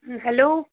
hello